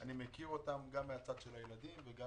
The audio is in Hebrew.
אני מכיר אותם גם מהצד של הילדים וגם